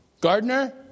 Gardner